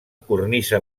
cornisa